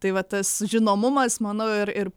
tai va tas žinomumas manau ir ir